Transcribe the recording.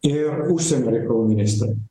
ir užsienio reikalų ministrai